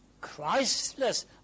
Christless